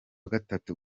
gatatu